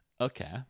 Okay